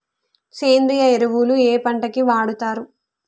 సేంద్రీయ ఎరువులు ఏ పంట కి వాడుతరు?